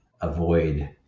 avoid